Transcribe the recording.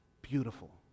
Beautiful